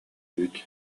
эбит